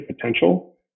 potential